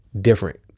different